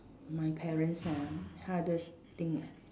my parents ah hardest thing ah